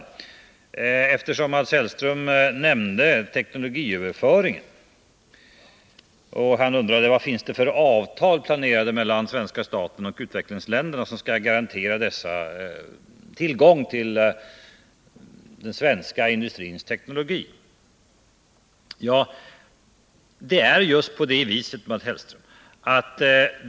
Men eftersom Mats Hellström nämnde teknologiöverföringen och undrade vilka avtal mellan svenska staten och utvecklingsländerna som kan garantera dessa länders tillgång till den svenska industrins teknologi, så vill jag något kommentera detta.